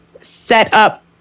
set-up